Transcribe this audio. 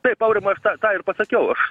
taip aurimai aš tą tą ir pasakiau aš